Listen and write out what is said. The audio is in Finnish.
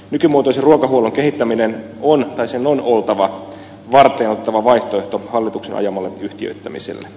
nykymuotoisen ruokahuollon kehittämisen on oltava varteenotettava vaihtoehto hallituksen ajamalle yhtiöittämiselle